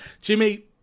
Jimmy